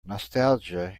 nostalgia